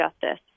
justice